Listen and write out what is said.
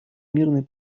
мирный